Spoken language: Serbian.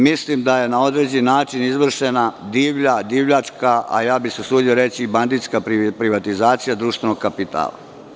Mislim da je na određen način izvršena divlja, divljačka, a ja bih se usudio reći banditska privatizacija društvenog kapitala.